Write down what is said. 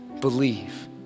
believe